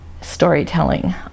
storytelling